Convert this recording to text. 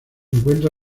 encuentra